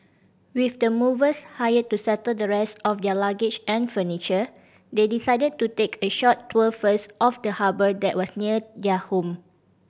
with the movers hired to settle the rest of their luggage and furniture they decided to take a short tour first of the harbour that was near their home